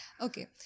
Okay